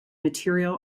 material